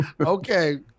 Okay